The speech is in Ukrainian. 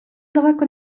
далеко